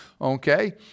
okay